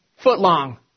Footlong